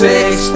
Six